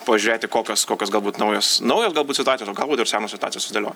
pažiūrėti kokios kokios galbūt naujos naujos galbūt situacijos o galbūt ir senos situacijos susidėliojo